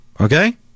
okay